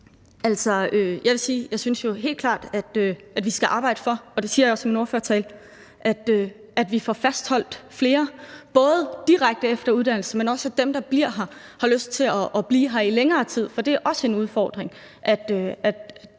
Jeg synes helt klart, at vi skal arbejde for – og det siger jeg jo også i min ordførertale – at vi får fastholdt flere både direkte efter endt uddannelse, men også arbejde for, at dem, der bliver her, har lyst til at blive her i længere tid, for det er også en udfordring, at